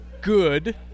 good